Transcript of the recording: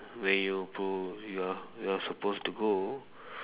where you go you are you are supposed to go